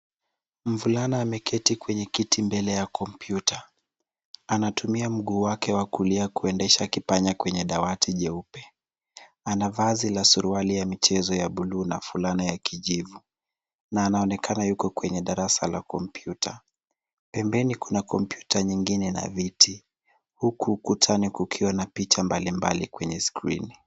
Mvulana ameketi kwenye kiti mbele ya kompyuta. Anatumia mguu wake wa kulia kuendesha kipanya kwenye dawati jeupe. Ana vazi la suruali la michezo ya blue na fulana ya kijivu, na anaonekana yuko kwenye darasa la kompyuta. Pembeni kuna kompyuta nyengine na viti, huku ukutani kukiwa na picha mbali mbali kwenye skrini.